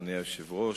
אדוני היושב-ראש,